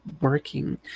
working